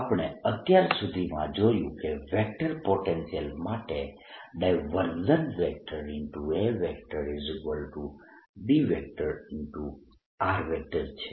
આપણે અત્યાર સુધીમાં જોયું કે વેક્ટર પોટેન્શિયલ માટે AB છે